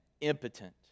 impotent